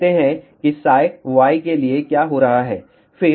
देखते हैं किy के लिए क्या हो रहा है